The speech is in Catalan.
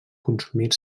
consumir